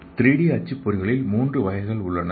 3 D அச்சுப்பொறிகளில் 3 வகைகள் உள்ளன